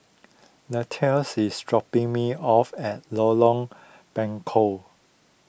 Latrells is dropping me off at Lorong Buangkok